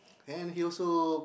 and he also